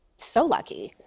so lucky.